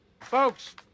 Folks